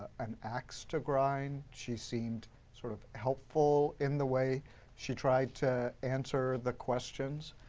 an ax to grind. she seemed sort of helpful in the way she tried to answer the questions.